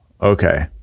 Okay